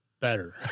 better